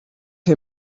him